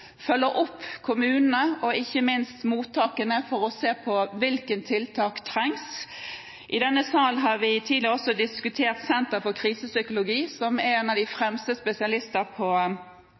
opp kommunene og ikke minst mottakene for å se på hvilke tiltak som trengs. I denne salen har vi tidligere også diskutert Senter for Krisepsykologi, som er en av de fremste spesialistene på